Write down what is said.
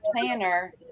planner